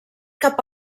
cap